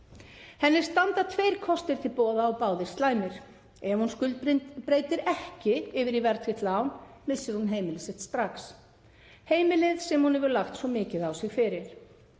Henni standa tveir kostir til boða og báðir slæmir. Ef hún skuldbreytir ekki yfir í verðtryggt lán missir hún heimili sitt strax, heimilið sem hún hefur lagt svo mikið á sig fyrir,